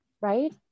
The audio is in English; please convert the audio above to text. Right